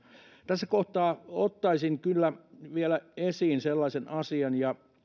tässä kohtaa ottaisin kyllä vielä esiin sellaisen asian ja